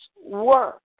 work